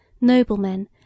noblemen